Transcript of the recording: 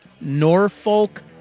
Norfolk